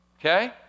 okay